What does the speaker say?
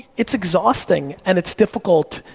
it's exhausting and it's difficult,